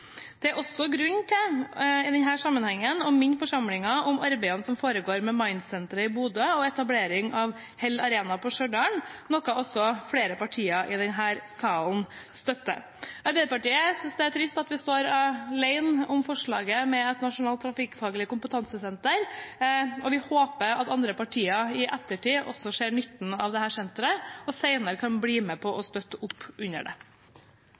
Det er også grunn til i denne sammenheng å minne forsamlingen om arbeidene som foregår ved MIND-sentret i Bodø og etableringen av Hell Arena i Stjørdal, noe som også flere partier i denne salen støtter. Arbeiderpartiet synes det er trist at vi står alene om forslaget om et nasjonalt trafikkfaglig kompetansesenter, og vi håper at andre partier i ettertid også ser nytten av dette senteret og senere kan bli med på å støtte opp under det.